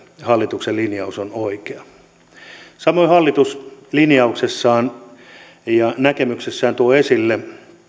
hallituksen linjaus on oikea samoin hallitus linjauksessaan ja näkemyksessään tuo esille